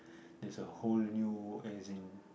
there's a whole new as in